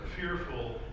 fearful